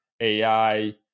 AI